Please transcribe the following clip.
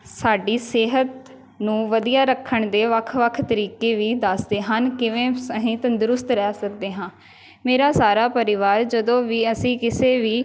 ਸਾਡੀ ਸਿਹਤ ਨੂੰ ਵਧੀਆ ਰੱਖਣ ਦੇ ਵੱਖ ਵੱਖ ਤਰੀਕੇ ਵੀ ਦੱਸਦੇ ਹਨ ਕਿਵੇਂ ਸ ਅਸੀਂ ਤੰਦਰੁਸਤ ਰਹਿ ਸਕਦੇ ਹਾਂ ਮੇਰਾ ਸਾਰਾ ਪਰਿਵਾਰ ਜਦੋਂ ਵੀ ਅਸੀਂ ਕਿਸੇ ਵੀ